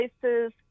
places